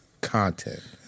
content